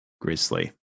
Grizzly